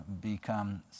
become